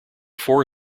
four